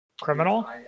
Criminal